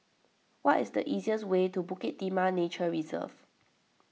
what is the easiest way to Bukit Timah Nature Reserve